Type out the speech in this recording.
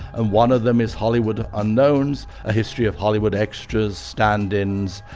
and one of them is hollywood unknowns a history of hollywood extras, stand-ins,